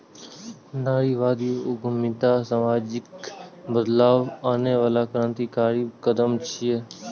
नारीवादी उद्यमिता सामाजिक बदलाव आनै बला क्रांतिकारी कदम छियै